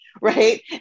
right